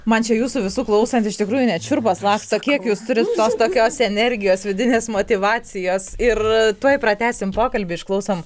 man čia jūsų visų klausant iš tikrųjų net šiurpas laksto kiek jūs turit tos tokios energijos vidinės motyvacijos ir tuoj pratęsim pokalbį išklausom